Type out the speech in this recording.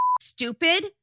stupid